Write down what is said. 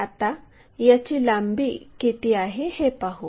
आता याची लांबी किती आहे हे पाहू